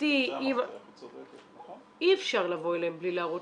לדעתי אי אפשר לבוא אליהם בלי להראות